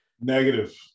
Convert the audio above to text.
Negative